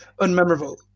unmemorable